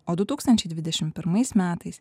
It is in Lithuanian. o du tūkstančiai dvidešim pirmais metais